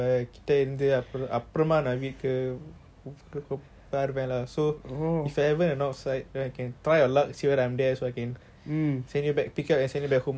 பாரு மேல:paaru mela so if I'm ever on site you can try your luck and see whether I'm there so I can pick you up and send you back home also lah